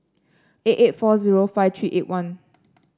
eight eight four zero five three eight one